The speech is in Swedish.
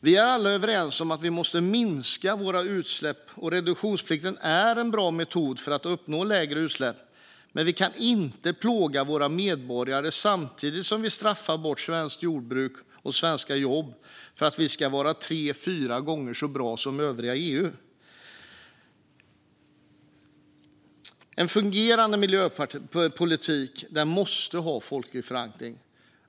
Vi är alla överens om att vi måste minska våra utsläpp, och reduktionsplikt är en bra metod för att uppnå lägre utsläpp. Men vi kan inte plåga våra medborgare samtidigt som vi straffar bort svenskt jordbruk och svenska jobb bara för att vi ska vara tre fyra gånger så bra som övriga EU. En fungerande miljöpolitik måste ha folklig förankring.